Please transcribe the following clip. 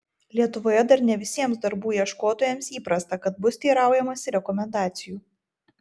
lietuvoje dar ne visiems darbų ieškotojams įprasta kad bus teiraujamasi rekomendacijų